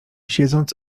siedząc